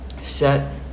Set